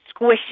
squishy